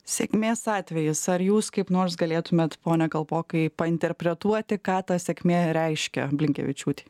sėkmės atvejis ar jūs kaip nors galėtumėt pone kalpokai interpretuoti ką ta sėkmė reiškia blinkevičiūtei